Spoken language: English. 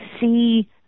see